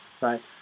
right